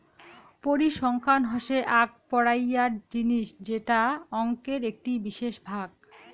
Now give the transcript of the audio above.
পরিসংখ্যান হসে আক পড়াইয়ার জিনিস যেটা অংকের একটি বিশেষ ভাগ